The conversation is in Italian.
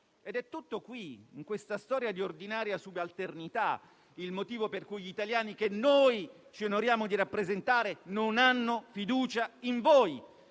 È tutto in questa storia di ordinaria subalternità il motivo per cui gli italiani che noi ci onoriamo di rappresentare non hanno fiducia in voi.